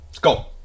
go